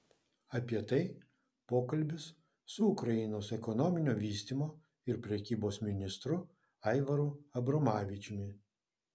apie tai pokalbis su ukrainos ekonominio vystymo ir prekybos ministru aivaru abromavičiumi